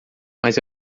mas